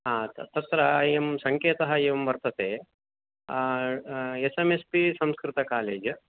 हा तत्र इयं सङ्केतः एवं वर्तते S M S P Sanskrit college